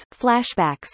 flashbacks